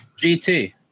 GT